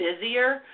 busier